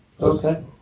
Okay